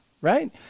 right